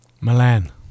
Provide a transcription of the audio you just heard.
Milan